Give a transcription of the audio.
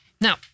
Now